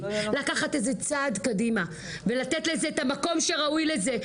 לקחת את זה צעד קדימה ולתת לזה את המקום שראוי לזה,